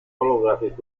holographic